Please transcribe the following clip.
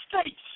States